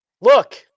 Look